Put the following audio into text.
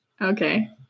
Okay